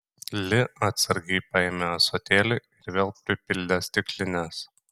li atsargiai paėmė ąsotėlį ir vėl pripildė stiklines